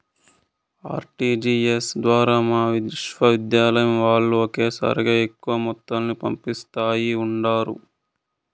RTGS ద్వారా మా విశ్వవిద్యాలయం వాల్లు ఒకేసారిగా ఎక్కువ మొత్తాలను పంపిస్తా ఉండారు